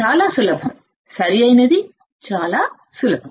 చాలా సులభం సరియైనది చాలా సులభం